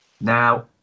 Now